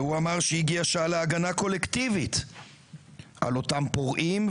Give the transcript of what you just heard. והוא אמר שהגיע השעה להגנה קולקטיבית על אותם פורעים,